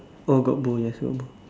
oh got bull yes got bull